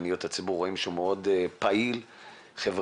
לפניות הציבור, רואים שהוא מאוד פעיל חברתית.